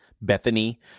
Bethany